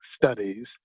studies